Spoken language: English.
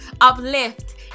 uplift